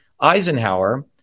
Eisenhower